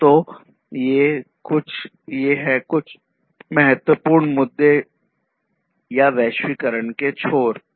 तो ये हैं कुछ का महत्वपूर्ण मुद्दे या वैश्वीकरण के छोर है